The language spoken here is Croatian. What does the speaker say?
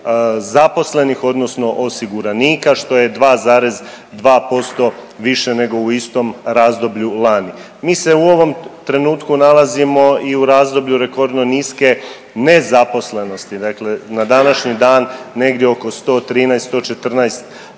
zaposlenika, odnosno osiguranika što je 2,2% više nego u istom razdoblju lani. Mi se u ovom trenutku nalazimo i u razdoblju rekordno niske nezaposlenosti. Dakle, na današnji dan negdje oko 113,